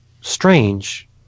strange